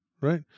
right